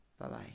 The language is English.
Bye-bye